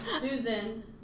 Susan